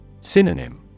Synonym